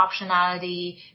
optionality